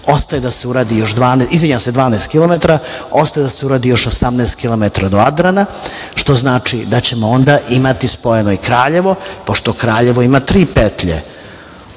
ostaje da se uradi još 18 km do Adrana, što znači da ćemo onda imati spojeno i Kraljevo, pošto Kraljevo ima tri petlje.